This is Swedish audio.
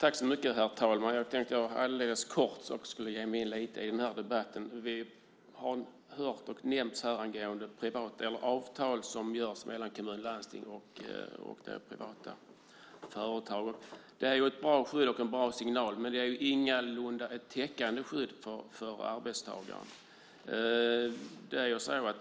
Herr talman! Jag tänkte att jag helt kort ska ge mig in lite i den här debatten. Vi har hört här om avtal som träffas mellan kommuner och landsting och privata företag. De är ett bra skydd och en bra signal, men de är ingalunda ett täckande skydd för arbetstagaren.